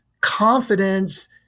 confidence